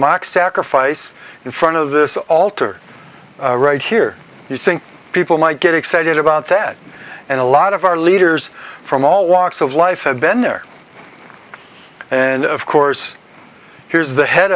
mock sacrifice in front of this altar right here you think people might get excited about that and a lot of our leaders from all walks of life have been there and of course here's the head